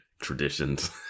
traditions